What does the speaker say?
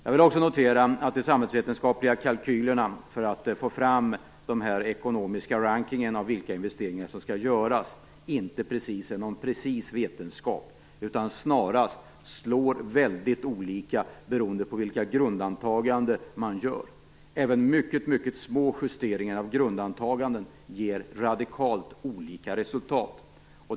Jag vill också notera att de samhällsvetenskapliga kalkylerna för att få fram den ekonomiska rankingen av vilka investeringar som skall göras inte precis är någon exakt vetenskap utan snarast slår väldigt olika beroende på vilka grundantaganden man gör. Även mycket små justeringar av grundantaganden ger radikalt olika resultat.